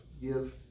give